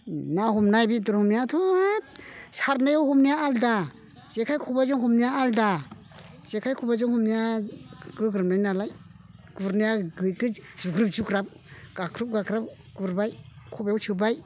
ना हमनाय बेदर हमनायाथ' एकके सारनायाव हमनाया आलादा जेखाइ खबाइजों हमनाया आलादा जेखाइ खबाइजों हमनाया गोग्रोमनाय नालाय गुरनाया एक्के जुग्रुब जुग्राब गाख्रुब गाख्राब गुरबाय खबाइयाव सोबाय